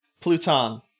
Pluton